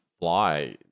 fly